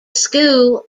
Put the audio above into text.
school